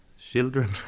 children